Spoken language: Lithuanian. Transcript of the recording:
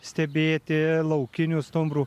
stebėti laukinių stumbrų